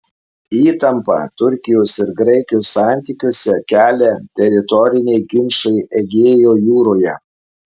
įtampą turkijos ir graikijos santykiuose kelia teritoriniai ginčai egėjo jūroje